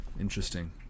interesting